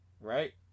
Right